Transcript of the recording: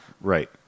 right